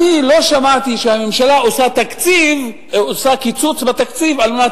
לא שמעתי שהממשלה עושה קיצוץ בתקציב על מנת